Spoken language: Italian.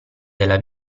della